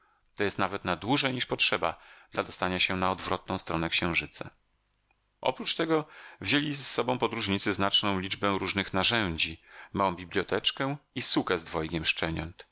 to jest nawet na dłużej niż potrzeba dla dostania się na odwrotną stronę księżyca oprócz tego wzięli z sobą podróżnicy znaczną liczbę różnych narzędzi małą biblioteczkę i sukę z dwojgiem szczeniąt